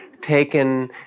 taken